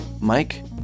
Mike